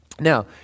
Now